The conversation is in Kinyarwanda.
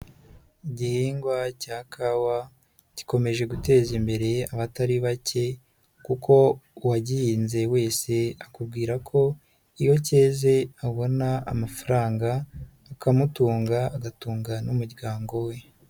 Igihingwa cya kawa gikomeje guteza imbere abatari bake kuko uwagihinze wese akubwira ko iyo keze, abona amafaranga, akamutunga, agatunnga n'umuryango we.